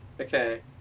Okay